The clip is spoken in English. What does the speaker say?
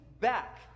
back